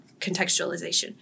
contextualization